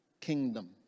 kingdom